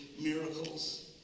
miracles